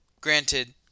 Granted